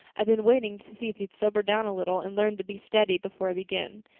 i've been waiting to see if you'd sober down a little and learn to be steady before i begin.